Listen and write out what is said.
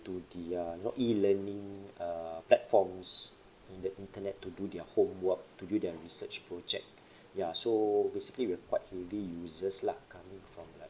to the uh you know e learning uh platforms in the internet to do their homework to do their research project ya so basically we're quite heavy users lah coming from like